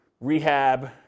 rehab